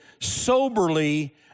soberly